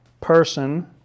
person